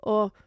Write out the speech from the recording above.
Och